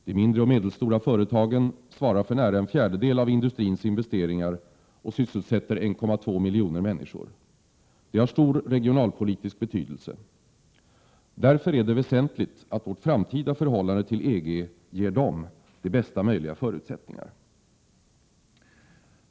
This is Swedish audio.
De mindre och medelstora företagen svarar för nära en fjärdedel av industrins investeringar och sysselsätter 1,2 miljoner människor. De har stor regionalpolitisk betydelse. Därför är det väsentligt att vårt framtida förhållande till EG ger dem bästa möjliga förutsättningar.